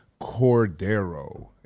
Cordero